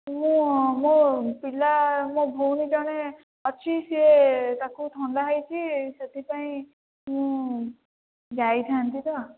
ମୁଁ ମୋ ପିଲା ମୋ ଭଉଣୀ ଜଣେ ଅଛି ସିଏ ତାକୁ ଥଣ୍ଡା ହୋଇଛି ସେଥିପାଇଁ ମୁଁ ଯାଇଥା'ନ୍ତି ତ